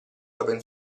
open